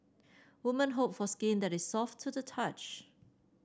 woman hope for skin that is soft to the touch